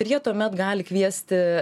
ir jie tuomet gali kviesti